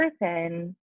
person